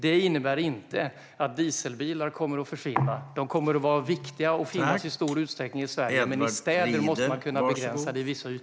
Det innebär inte att dieselbilar kommer att försvinna. De kommer att vara viktiga och finnas i stor utsträckning i Sverige, men i städer måste man kunna begränsa dem på vissa ytor.